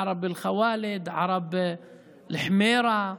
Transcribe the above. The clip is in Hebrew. ערב אל-ח'וואלד, ערב אל-חמארה,